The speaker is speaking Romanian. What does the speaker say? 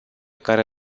care